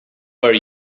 where